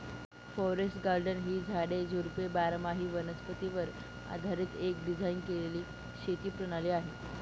forest garden ही झाडे, झुडपे बारामाही वनस्पतीवर आधारीत एक डिझाइन केलेली शेती प्रणाली आहे